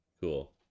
Cool